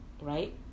Right